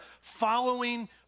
following